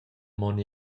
mon